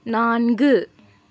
நான்கு